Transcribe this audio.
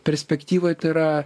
perspektyvoj tai yra